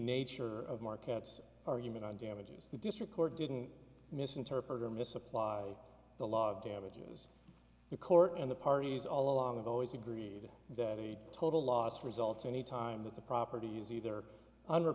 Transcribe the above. nature of markets argument on damages the district court didn't misinterpret and misapply the law of damages the court and the parties all along have always agreed that a total loss results anytime that the property is either under